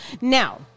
Now